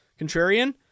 Contrarian